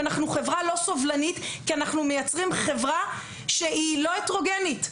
כי אנחנו מייצרים חברה שהיא לא הטרוגנית,